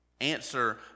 Answer